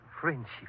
friendship